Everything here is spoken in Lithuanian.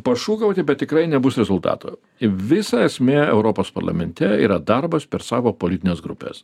pašūkauti bet tikrai nebus rezultato visa esmė europos parlamente yra darbas per savo politines grupes